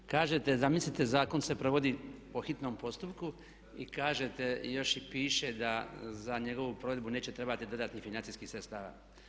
Kažete zamislite zakon se provodi po hitnom postupku i kažete još i piše da za njegovu provedbu neće trebati dodatnih financijskih sredstava.